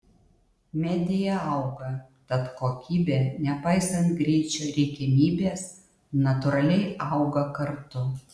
media auga tad kokybė nepaisant greičio reikiamybės natūraliai auga kartu